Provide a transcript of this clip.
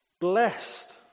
blessed